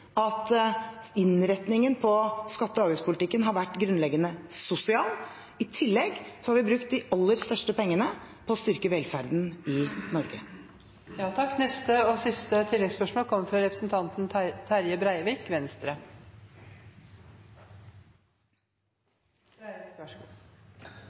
at innretningen på skatte- og avgiftspolitikken har vært grunnleggende sosial. I tillegg har vi brukt de aller største pengene på å styrke velferden i Norge. Terje Breivik